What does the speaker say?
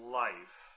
life